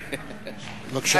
בבקשה.